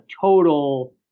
total